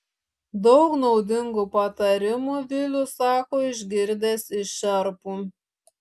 daug naudingų patarimų vilius sako išgirdęs iš šerpų